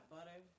Butter